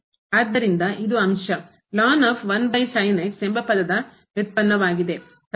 ಆದ್ದರಿಂದ ಇದು ಅಂಶ ಎಂಬ ಪದದ ವ್ಯುತ್ಪನ್ನವಾಗಿದೆ